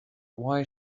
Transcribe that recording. why